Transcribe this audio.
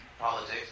politics